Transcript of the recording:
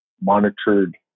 monitored